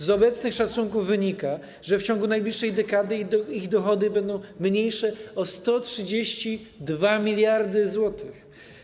Z obecnych szacunków wynika, że w ciągu najbliższej dekady ich dochody będą mniejsze o 132 mld zł.